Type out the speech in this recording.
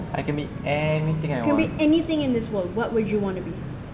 I can be anything I want